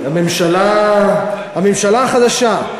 לא לא, הממשלה החדשה.